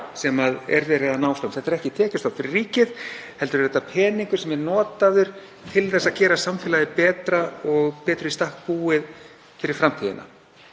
sem er verið að ná fram. Þetta er ekki tekjustofn fyrir ríkið heldur peningur sem er notaður til að gera samfélagið betra og betur í stakk búið fyrir framtíðina.